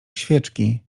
świeczki